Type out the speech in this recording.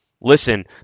listen